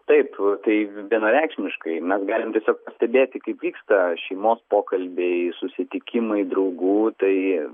taip tai vienareikšmiškai mes galim tiesiog stebėti kaip vyksta šeimos pokalbiai susitikimai draugų tai